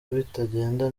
bitagenda